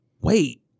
wait